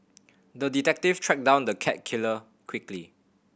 the detective tracked down the cat killer quickly